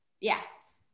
Yes